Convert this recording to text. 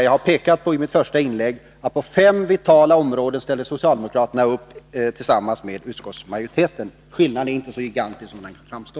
Jag har i mitt första inlägg pekat på att socialdemokraterna på fem vitala områden ställer upp tillsammans med utskottsmajoriteten. Skillnaden är inte så gigantisk som den kan framstå.